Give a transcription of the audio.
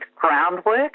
groundwork